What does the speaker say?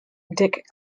dick